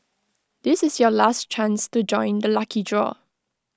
this is your last chance to join the lucky draw